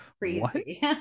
Crazy